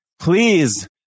Please